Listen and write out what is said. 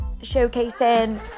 showcasing